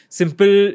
simple